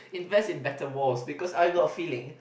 invest in better wall because I got feeling